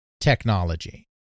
technology